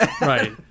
Right